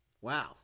Wow